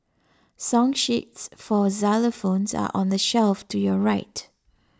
song sheets for xylophones are on the shelf to your right